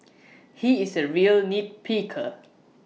he is A real nit picker